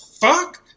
fuck